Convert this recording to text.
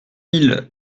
mille